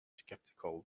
skeptical